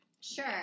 sure